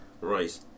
Right